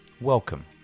Welcome